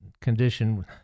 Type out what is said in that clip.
condition